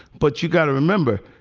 but you got to remember.